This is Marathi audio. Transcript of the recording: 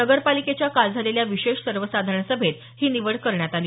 नगरपालिकेच्या काल झालेल्या विशेष सर्वसाधारण सभेत ही निवड करण्यात आली